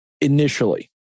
initially